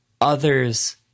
others